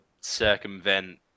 circumvent